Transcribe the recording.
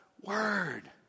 word